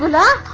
da